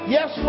Yes